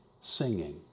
singing